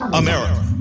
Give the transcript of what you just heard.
america